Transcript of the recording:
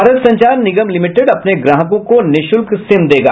Bharat Sanchar Nigam limited अपने ग्राहकों को निःशुल्क सिम देगा